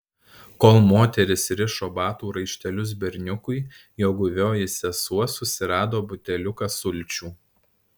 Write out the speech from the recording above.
kol moteris rišo batų raištelius berniukui jo guvioji sesuo susirado buteliuką sulčių